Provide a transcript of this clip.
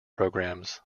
programs